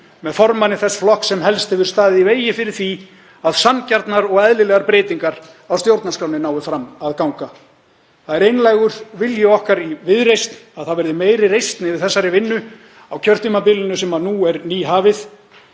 með formanni þess flokks sem helst hefur staðið í vegi fyrir því að sanngjarnar og eðlilegar breytingar á stjórnarskránni nái fram að ganga. Það er einlægur vilji okkar í Viðreisn að það verði meiri reisn yfir þessari vinnu á kjörtímabilinu sem nú er nýhafið.